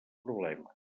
problemes